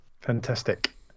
fantastic